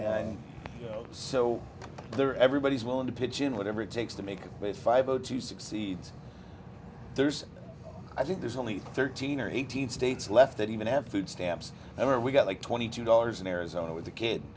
and so there everybody is willing to pitch in whatever it takes to make it five o two succeeds there's i think there's only thirteen or eighteen states left that even have food stamps and we got like twenty two dollars in arizona with the kid